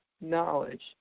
knowledge